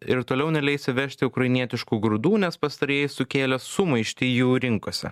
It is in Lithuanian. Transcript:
ir toliau neleis įvežti ukrainietiškų grūdų nes pastarieji sukėlė sumaištį jų rinkose